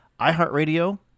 iHeartRadio